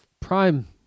Prime